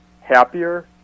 happier